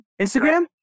Instagram